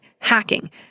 hacking